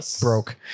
broke